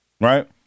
right